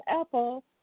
Apple